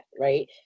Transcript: right